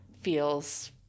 feels